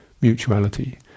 mutuality